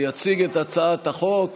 יציג את הצעת החוק